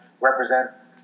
represents